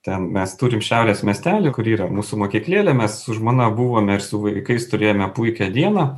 ten mes turim šiaurės miestely kur yra mūsų mokyklėlė mes su žmona buvome ir su vaikais turėjome puikią dieną